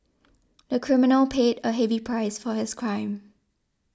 the criminal paid a heavy price for his crime